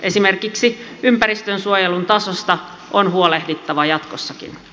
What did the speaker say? esimerkiksi ympäristönsuojelun tasosta on huolehdittava jatkossakin